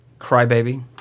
crybaby